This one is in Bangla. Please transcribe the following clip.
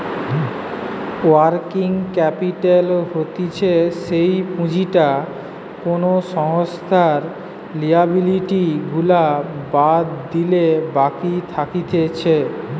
ওয়ার্কিং ক্যাপিটাল হতিছে যেই পুঁজিটা কোনো সংস্থার লিয়াবিলিটি গুলা বাদ দিলে বাকি থাকতিছে